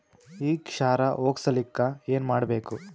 ಈ ಕ್ಷಾರ ಹೋಗಸಲಿಕ್ಕ ಏನ ಮಾಡಬೇಕು?